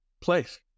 place